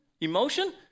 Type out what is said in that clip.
emotion